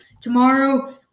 Tomorrow